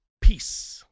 Peace